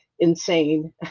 insane